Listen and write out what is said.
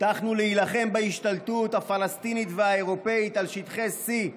הבטחנו להילחם בהשתלטות הפלסטינית והאירופית על שטחי C,